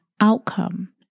outcome